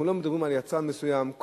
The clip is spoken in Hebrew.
אנחנו לא מדברים על יצרן מסוים.